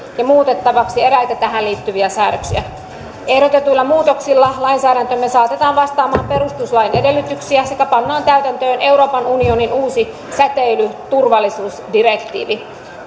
ja muutettavaksi eräitä tähän liittyviä säädöksiä ehdotetuilla muutoksilla lainsäädäntömme saatetaan vastaamaan perustuslain edellytyksiä sekä pannaan täytäntöön euroopan unionin uusi säteilyturvallisuusdirektiivi